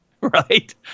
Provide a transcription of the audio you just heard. Right